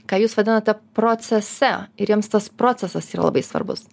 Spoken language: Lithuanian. ką jūs vadinate procese ir jiems tas procesas yra labai svarbus